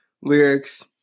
lyrics